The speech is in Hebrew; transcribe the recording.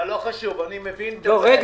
אבל לא חשוב, אני מבין את הבעיה.